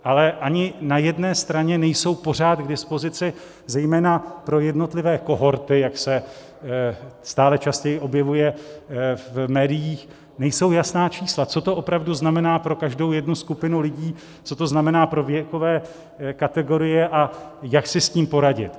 Ale ani na jedné straně nejsou pořád k dispozici, zejména pro jednotlivé kohorty, jak se stále častěji objevuje v médiích, nejsou jasná čísla, co to opravdu znamená pro každou jednu skupinu lidí, co to znamená pro věkové kategorie a jak si s tím poradit.